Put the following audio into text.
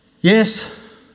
Yes